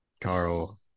Carl